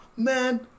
Man